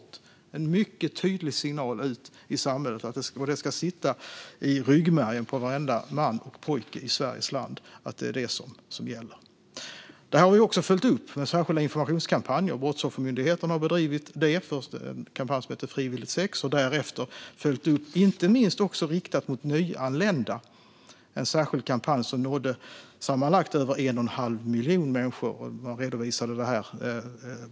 Det är en mycket tydlig signal ut i samhället, och det ska sitta i ryggmärgen på varenda man och pojke i Sveriges land att det är det som gäller. Det här har vi också följt upp med särskilda informationskampanjer. Brottsoffermyndigheten har bedrivit en kampanj som heter Av fri vilja, inte minst riktad mot nyanlända, och därefter följt upp den. Det var en särskild kampanj som nådde sammanlagt över 1 1⁄2 miljon människor.